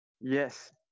Yes